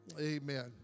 Amen